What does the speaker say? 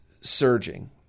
surging